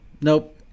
Nope